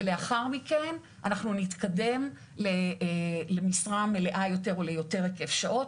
ולאחר מכן אנחנו נתקדם למשרה מלאה או ליותר היקף שעות.